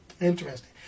Interesting